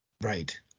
Right